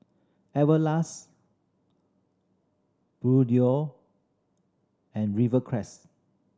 Everlast Bluedio and Rivercrest